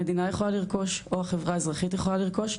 המדינה יכולה לרכוש או החברה האזרחית יכולה לרכוש.